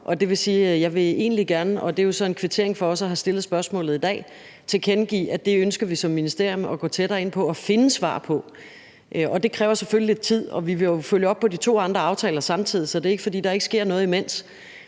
jeg vil egentlig gerne tilkendegive – og det er jo så en kvittering over for spørgeren for at have stillet spørgsmålet i dag – at det ønsker vi som ministerium at komme tættere på at finde svar på. Det kræver selvfølgelig lidt tid, og vi vil jo følge op på de to andre aftaler samtidig, så det er ikke, fordi der ikke sker noget imens.